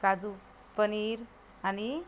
काजू पनीर आणि